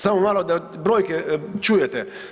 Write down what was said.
Samo malo da brojke čujete.